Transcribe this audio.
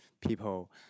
people